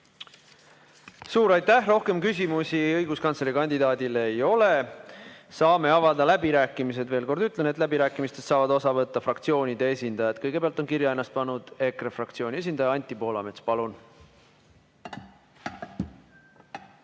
Suur aitäh! Rohkem küsimusi õiguskantslerikandidaadile ei ole. Saame avada läbirääkimised. Veel kord ütlen, et läbirääkimistest saavad osa võtta fraktsioonide esindajad. Kõigepealt on ennast kirja pannud EKRE fraktsiooni esindaja Anti Poolamets. Palun!